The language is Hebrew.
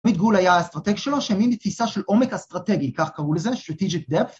עמית גול היה האסטרטג שלו, שהאמין בתפיסה של עומק אסטרטגי, כך קראו לזה, Strategic Depth